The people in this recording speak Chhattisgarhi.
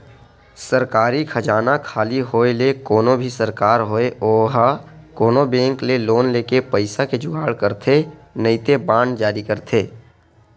सरकारी खजाना खाली होय ले कोनो भी सरकार होय ओहा कोनो बेंक ले लोन लेके पइसा के जुगाड़ करथे नइते बांड जारी करथे